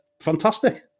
fantastic